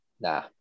Nah